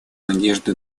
надежды